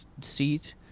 seat